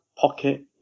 Pocket